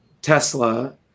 Tesla